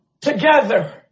together